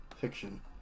fiction